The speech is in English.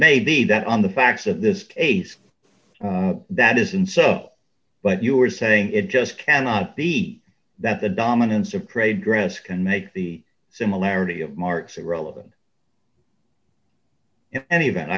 may be that on the facts of this case that isn't so but you are saying it just cannot be that the dominance of trade dress can make the similarity of marks irrelevant in any event